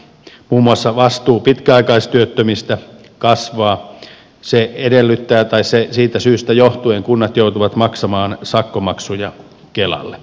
muun muassa vastuu pitkäaikaistyöttömistä kasvaa ja siitä syystä johtuen kunnat joutuvat maksamaan sakkomaksuja kelalle